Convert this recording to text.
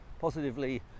positively